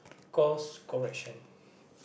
course correction